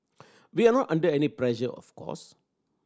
we are not under any pressure of course